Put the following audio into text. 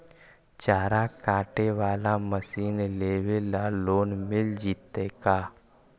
चारा काटे बाला मशीन लेबे ल लोन मिल जितै का?